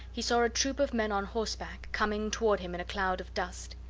he saw a troop of men on horseback, coming toward him in a cloud of dust.